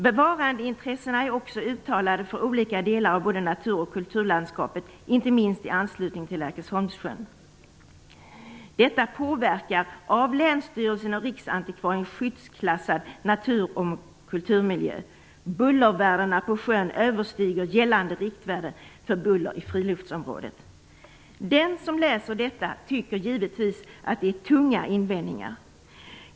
Bevarandeintressena är också uttalade för olika delar av både natur och kulturlandskapet, inte minst i anslutning till Lärkesholmssjön. Detta påverkar av länsstyrelsen och Riksantikvarien skyddsklassad natur och kulturmiljö. Bullervärdena på sjön överstiger gällande riktvärden för buller i friluftsområdet. Den som läser detta tycker givetvis att det är tunga invändningar.